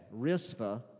Risva